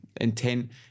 intent